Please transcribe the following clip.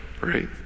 right